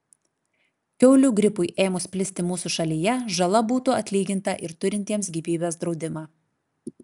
kiaulių gripui ėmus plisti mūsų šalyje žala būtų atlyginta ir turintiems gyvybės draudimą